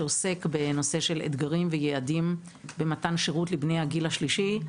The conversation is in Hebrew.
שעוסק בנושא של אתגרים ויעדים במתן שירות לבני הגיל השלישי,